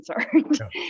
concerned